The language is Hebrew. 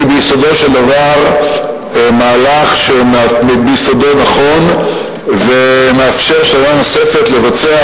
היא ביסודו של דבר מהלך נכון ביסודו המאפשר שנה נוספת לבצע